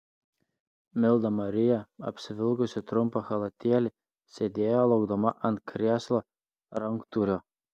milda marija apsivilkusi trumpą chalatėlį sėdėjo laukdama ant krėslo ranktūrio